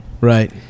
right